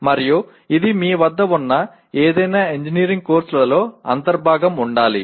మరియు ఇది మీ వద్ద ఉన్న ఏదైనా ఇంజనీరింగ్ కోర్సులో అంతర్భాగంగా ఉండాలి